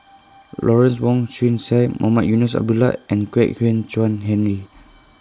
Lawrence Wong Shyun Tsai Mohamed Eunos Abdullah and Kwek Hian Chuan Henry